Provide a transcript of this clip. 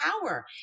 power